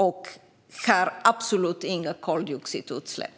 Det har absolut inga koldioxidutsläpp.